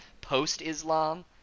post-Islam